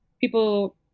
people